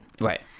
right